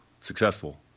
successful